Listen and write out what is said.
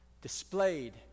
displayed